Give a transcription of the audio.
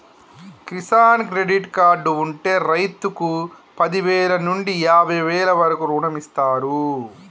Kisan credit card ఉంటె రైతుకు పదివేల నుండి యాభై వేల వరకు రుణమిస్తారు